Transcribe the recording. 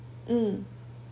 mm